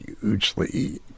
hugely